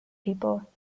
people